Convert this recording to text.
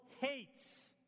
hates